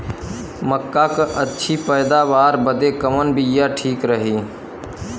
मक्का क अच्छी पैदावार बदे कवन बिया ठीक रही?